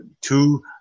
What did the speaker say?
two